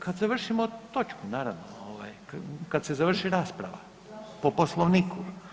Kad završimo točku naravno ovaj, kad se završi rasprava, po Poslovniku.